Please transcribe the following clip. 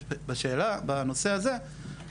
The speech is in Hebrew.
בנושא הזה,